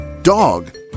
Dog